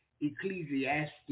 Ecclesiastes